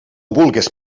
vulgues